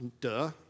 duh